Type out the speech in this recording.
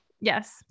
Yes